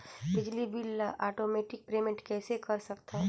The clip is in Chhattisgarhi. बिजली बिल ल आटोमेटिक पेमेंट कइसे कर सकथव?